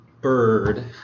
bird